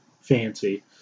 fancy